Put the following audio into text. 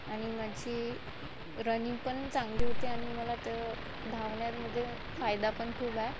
आणि माझी रनिंग पण चांगली होती आणि मला तर धावण्यामध्ये फायदा पण खूप आहे